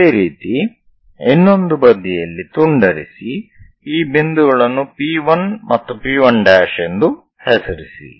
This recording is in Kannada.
ಅದೇ ರೀತಿ ಇನ್ನೊಂದು ಬದಿಯಲ್ಲಿ ತುಂಡರಿಸಿ ಈ ಬಿಂದುಗಳನ್ನು P 1 ಮತ್ತು P 1' ಎಂದು ಹೆಸರಿಸಿ